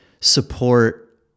support